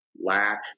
lack